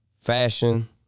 fashion